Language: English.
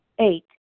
eight